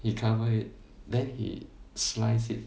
he cover it then he slice it